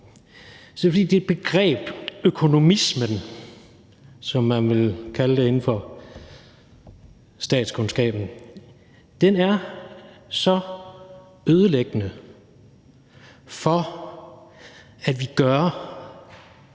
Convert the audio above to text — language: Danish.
det begreb, økonomismen, som man vil kalde det inden for statskundskaben, er så ødelæggende for, at vi gør